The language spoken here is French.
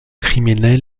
criminels